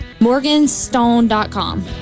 Morganstone.com